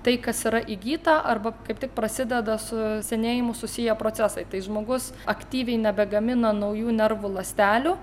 tai kas yra įgyta arba kaip tik prasideda su senėjimu susiję procesai tai žmogus aktyviai nebegamina naujų nervų ląstelių